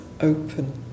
open